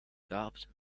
garbled